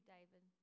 David